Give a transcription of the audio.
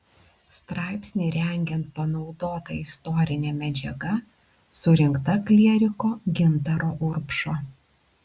straipsnį rengiant panaudota istorinė medžiaga surinkta klieriko gintaro urbšo